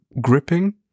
gripping